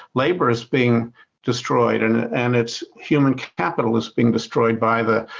labor is being destroyed and and it's human capital is being destroyed by the